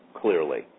clearly